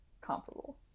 Comparable